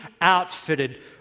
outfitted